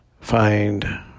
find